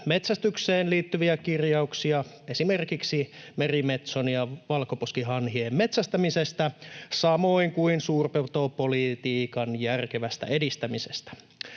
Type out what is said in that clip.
metsästykseen liittyviä kirjauksia esimerkiksi merimetsojen ja valkoposkihanhien metsästämisestä samoin kuin suurpetopolitiikan järkevästä edistämisestä.